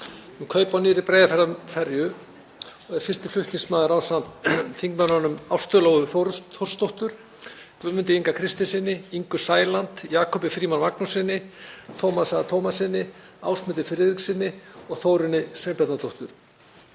um kaup á nýrri Breiðafjarðarferju og er fyrsti flutningsmaður ásamt þingmönnunum Ásthildi Lóu Þórsdóttur, Guðmundi Inga Kristinssyni, Ingu Sæland, Jakobi Frímanni Magnússyni, Tómasi Tómassyni, Ásmundi Friðrikssyni og Þórunni Sveinbjarnardóttur.